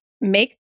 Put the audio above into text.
make